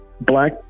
black